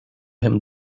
him